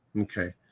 Okay